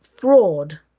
fraud